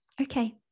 Okay